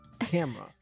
camera